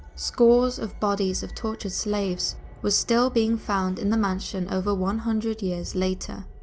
scores of bodies of tortured slaves were still being found in the mansion over one hundred years later,